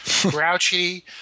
grouchy